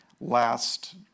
last